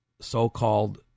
so-called